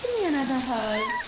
another hug.